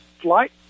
flight